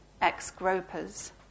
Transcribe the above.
ex-gropers